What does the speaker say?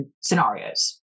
scenarios